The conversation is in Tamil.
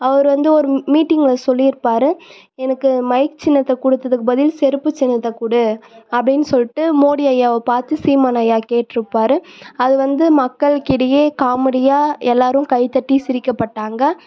அவர் வந்து ஒரு மீட்டிங்ல சொல்லியிருப்பாரு எனக்கு மைக் சின்னத்தை கொடுத்ததுக்கு பதில் செருப்பு சின்னத்தை கொடு அப்படின்னு சொல்லிட்டு மோடி ஐயாவை பார்த்து சீமான் ஐயா கேட்டிருப்பார் அது வந்து மக்களுக்கிடையே காமெடியாக எல்லாரும் கைத்தட்டி சிரிக்கப்பட்டாங்க